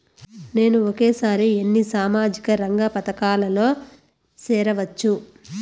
నేను ఒకేసారి ఎన్ని సామాజిక రంగ పథకాలలో సేరవచ్చు?